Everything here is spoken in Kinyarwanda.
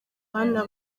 bana